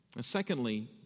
secondly